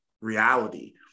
reality